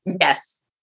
Yes